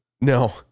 No